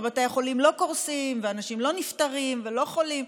ובתי החולים לא קורסים ואנשים לא נפטרים ולא חולים.